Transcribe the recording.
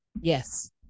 Yes